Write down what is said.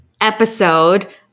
episode